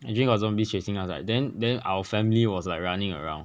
imagine got zombies chasing us right then then our family was like running around